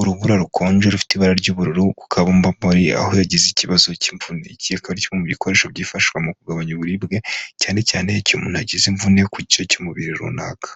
urubura rukonje rufite ibara ry'ubururu ku kabumbambori, aho yagize ikibazo cy'imvune, iki akaba ari kimwe mu bikoresho byifashishwa mu kugabanya uburibwe, cyane cyane iyo umuntu agize imvune ku gice cy'umubiri runaka.